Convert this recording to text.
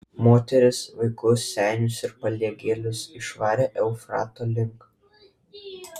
moteris vaikus senius ir paliegėlius išvarė eufrato link